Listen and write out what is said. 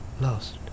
lost